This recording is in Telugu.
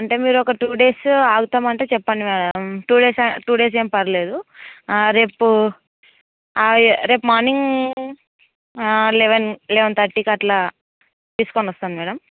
అంటే మీరు ఒక టూ డేస్ ఆగుతాము అంటే చెప్పండి madam two days two days ఏం పర్లేదు రేపు రేపు మార్నింగ్ లెవెన్ లెవెన్ థర్టీకి అలా తీసుకుని వస్తాను మేడం